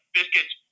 biscuits